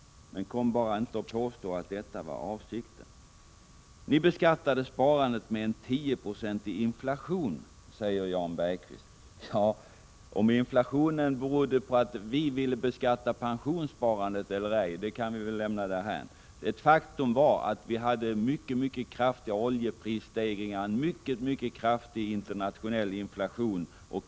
Men kom inte och påstå att detta var avsikten! Ni beskattade sparandet med en 10-procentig inflation, sade Jan Bergqvist. Om inflationen berodde på att vi ville beskatta pensionssparandet eller ej är en fråga som vi kan lämna därhän. Faktum är att oljeprisstegringarna var mycket kraftiga, liksom inflationen.